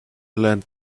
let